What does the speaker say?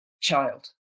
child